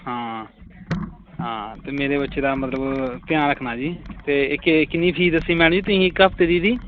ਹਾਂ ਹਾਂ ਅਤੇ ਮੇਰੇ ਬੱਚੇ ਦਾ ਮਤਲਬ ਧਿਆਨ ਰੱਖਣਾ ਜੀ ਅਤੇ ਇਹ ਇਹ ਕਿੰਨੀ ਫੀਸ ਦੱਸੀ ਮੈਡਮ ਜੀ ਤੁਸੀਂ ਇੱਕ ਹਫ਼ਤੇ ਦੀ ਇਹਦੀ